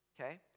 Okay